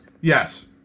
Yes